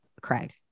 Craig